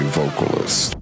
vocalist